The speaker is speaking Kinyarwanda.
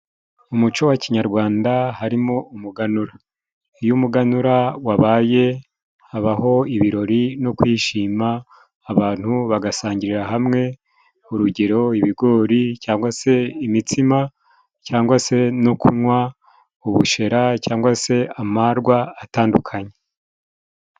Mu muco wa Kinyarwanda harimo umuganura . Iyo umuganura wabaye habaho ibirori no kwishima abantu bagasangirira hamwe urugero ibigori, cyangwa se imitsima , cyangwa se no kunywa ubushera , cyangwa se amarwa atandukanye.